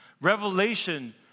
Revelation